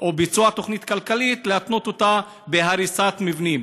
או ביצוע תוכנית כלכלית בהריסת מבנים.